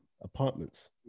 apartments